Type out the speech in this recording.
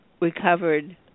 recovered